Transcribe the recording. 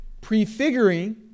prefiguring